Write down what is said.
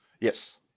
Yes